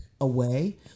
away